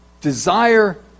desire